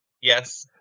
Yes